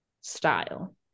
style